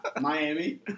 Miami